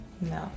No